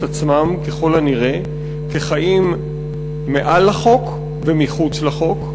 עצמם ככל הנראה כחיים מעל החוק ומחוץ לחוק.